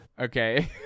Okay